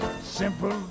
simple